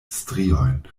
striojn